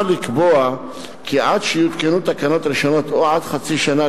לקבוע כי עד שיותקנו תקנות ראשונות או עד חצי שנה,